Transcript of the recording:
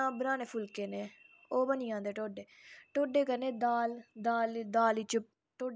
ते इ'यां गै मतलब कौल्लियां गलास होई गे चम्मच होई गे